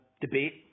debate